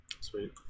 Sweet